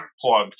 plug